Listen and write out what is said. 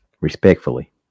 Respectfully